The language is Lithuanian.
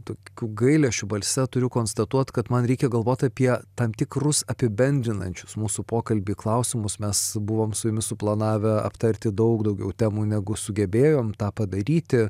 tokiu gailesčiu balse turiu konstatuot kad man reikia galvoti apie tam tikrus apibendrinančius mūsų pokalbį klausimus mes buvom su jumis suplanavę aptarti daug daugiau temų negu sugebėjom tą padaryti